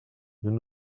nous